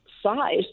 size